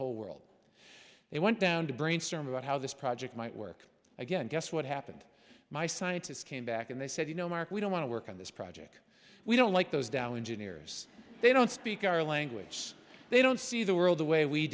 whole world they went down to brainstorm about how this project might work again guess what happened my scientists came back and they said you know mark we don't want to work on this project we don't like those down engineers they don't speak our language they don't see the world the way we